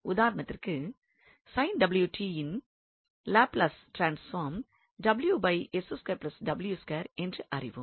உதாரணத்திற்கு யின் Laplace transform என்று அறிவோம்